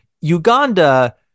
Uganda